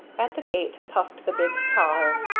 at the gate puffed the big car,